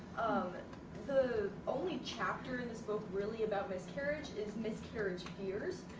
but the only chapter in this book really about miscarriage is miscarriage fears.